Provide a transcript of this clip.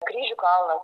kryžių kalnas